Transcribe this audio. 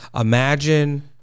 imagine